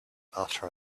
after